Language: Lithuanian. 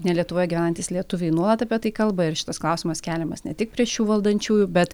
ne lietuvoje gyvenantys lietuviai nuolat apie tai kalba ir šitas klausimas keliamas ne tik prieš valdančiųjų bet